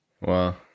Wow